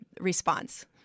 response